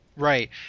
Right